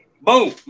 Boom